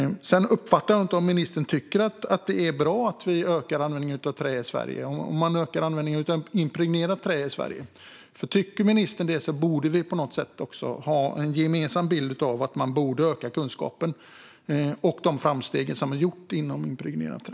Sedan uppfattade jag inte om ministern tycker att det är bra att vi ökar användningen av trä i Sverige och att vi ökar användningen av impregnerat trä i Sverige. Om ministern tycker det borde vi på något sätt ha en gemensam bild av att man borde öka kunskapen om de framsteg som har gjorts inom impregnerat trä.